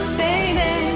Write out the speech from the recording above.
baby